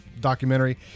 documentary